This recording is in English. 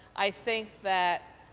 i think that,